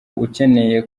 ukeneye